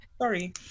Sorry